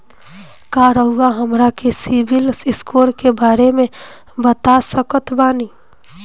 का रउआ हमरा के सिबिल स्कोर के बारे में बता सकत बानी?